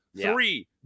three